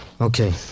Okay